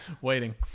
waiting